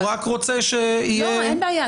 הוא רק רוצה שיהיה --- אין בעיה,